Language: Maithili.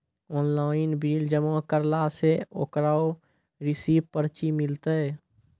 ऑनलाइन बिल जमा करला से ओकरौ रिसीव पर्ची मिलतै?